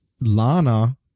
Lana